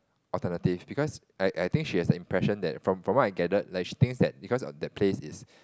alternative because I I think she has the impression that from from what I gather like she thinks that because the place is